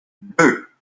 deux